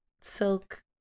silk